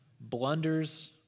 blunders